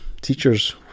teachers